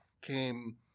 came